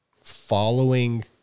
following